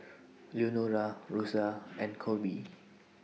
Leonora Rosa and Colby